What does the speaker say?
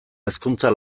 hezkuntza